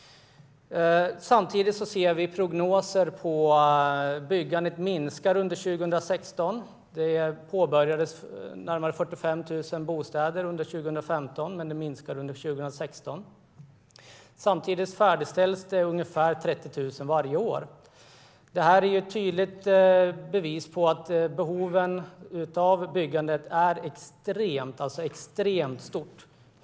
Samtidigt ser vi prognoser som visar att byggandet minskar under 2016. Närmare 45 000 bostäder har börjat byggas under 2015, men antalet minskar under 2016. Ungefär 30 000 bostäder färdigställs varje år. Det är ett tydligt bevis på att behovet av byggande är extremt stort.